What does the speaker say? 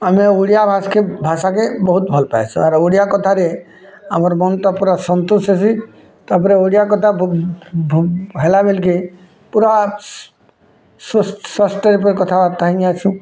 ଆମେ ଓଡ଼ିଆ ଭାଷ୍କେ ଭାଷାକେ ବୋହୁତ୍ ଭଲପାଏଁସନ୍ ଆର୍ ଓଡ଼ିଆ କଥାରେ ଆମର୍ ମନ୍ ପୁରା ସନ୍ତୋଷ ହେସି ତାପରେ ଓଡ଼ିଆ କଥା ଭଲ ବୋଲି କେ ପୁରା ସ୍ଵସ୍ଥ ରୂପରେ କଥା ହେଇଁଯାସୁ